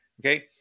okay